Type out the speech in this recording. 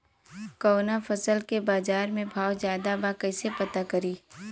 कवना फसल के बाजार में भाव ज्यादा बा कैसे पता करि?